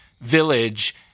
village